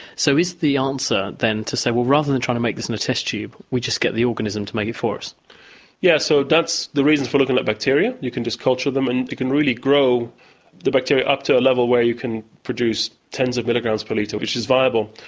so is the answer then to say, rather than trying to make this in a test tube, we just get the organism to make it for us? yes, so that's the reason for looking at bacteria. you can just culture them and you can really grow the bacteria up to a level where you can produce tens of milligrams per litre, which is viable.